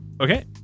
okay